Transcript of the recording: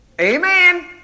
Amen